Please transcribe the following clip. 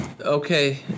Okay